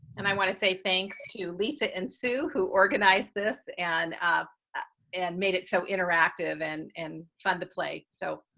and i want to say thanks to lisa and sue, who organized this and and made it so interactive and and fun to play. so,